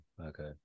okay